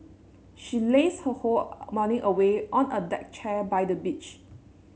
she lazed her whole morning away on a deck chair by the beach